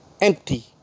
empty